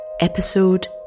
Episode